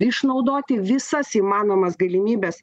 išnaudoti visas įmanomas galimybes